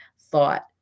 thought